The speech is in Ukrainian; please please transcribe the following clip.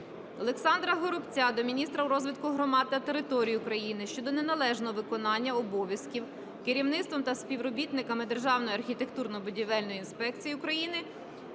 Олександра Горобця до міністра розвитку громад та територій України щодо неналежного виконання обов'язків керівництвом та співробітниками Державної архітектурно-будівельної інспекції України